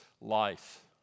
life